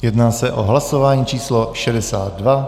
Jedná se o hlasování číslo 62.